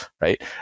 right